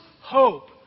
hope